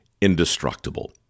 indestructible